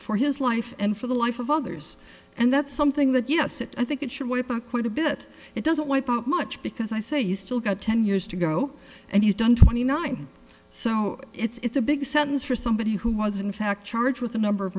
for his life and for the life of others and that's something that yes it i think it should wipe out quite a bit it doesn't wipe out much because i say you still got ten years to go and he's done twenty nine so it's a big sentence for somebody who was in fact charged with the number of